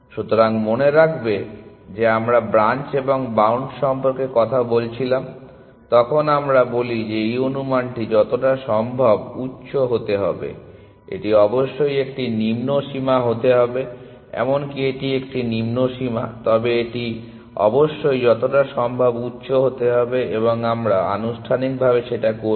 সুতরাং মনে রাখবে যে আমরা যখন ব্রাঞ্চ এবং বাউন্ড সম্পর্কে কথা বলছিলাম তখন আমরা বলি যে এই অনুমানটি যতটা সম্ভব উচ্চ হতে হবে এটি অবশ্যই একটি নিম্ন সীমা হতে হবে এমনকি এটি একটি নিম্ন সীমা তবে এটি অবশ্যই যতটা সম্ভব উচ্চ হতে হবে এবং আমরা আনুষ্ঠানিকভাবে সেটা করবো